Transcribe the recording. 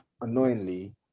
annoyingly